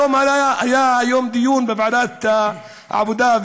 היה היום דיון בוועדת העבודה,